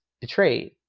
betrayed